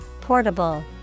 Portable